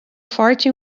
forte